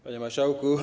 Panie Marszałku!